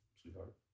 sweetheart